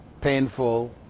painful